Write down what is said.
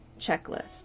checklist